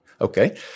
Okay